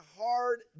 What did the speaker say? hard